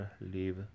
leave